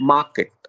Market